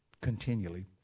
continually